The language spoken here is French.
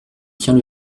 tient